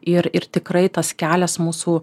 ir ir tikrai tas kelias mūsų